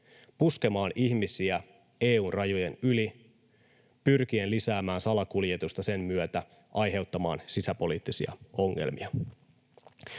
puskemaan ihmisiä EU:n rajojen yli pyrkien lisäämään salakuljetusta ja sen myötä aiheuttamaan sisäpoliittisia ongelmia.